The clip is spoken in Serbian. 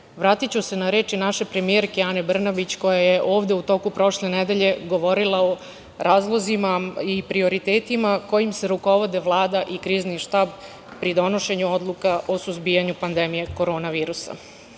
vratiću se na reči naše premijerke Ane Brnabić ,koja je ovde u toku prošle nedelje govorila o razlozima i prioritetima kojim se rukovode Vlada i Krizni štab pri donošenju odluka o suzbijanju pandemije koronavirusa. Prvi